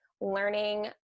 learning